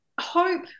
hope